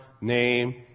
name